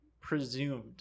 presumed